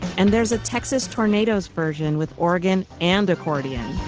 and there's a texas tornadoes version with oregon and accordion